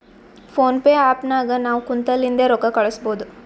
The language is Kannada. ಫೋನ್ ಪೇ ಆ್ಯಪ್ ನಾಗ್ ನಾವ್ ಕುಂತಲ್ಲಿಂದೆ ರೊಕ್ಕಾ ಕಳುಸ್ಬೋದು